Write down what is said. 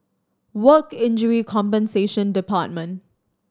Work Injury Compensation Department